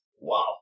wow